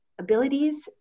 abilities